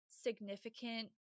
significant